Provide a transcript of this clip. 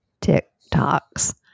TikToks